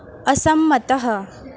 असम्मतः